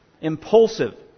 Impulsive